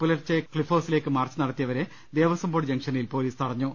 പുലർച്ചെ ക്ലിഫ് ഹൌസിലേക്ക് മാർച്ച് നടത്തിയവരെ ദേവസംബോർഡ് ജംഗ്ഷനിൽ പൊലീസ് തടഞ്ഞു